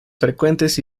frecuentes